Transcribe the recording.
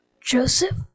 Joseph